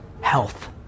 Health